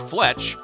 Fletch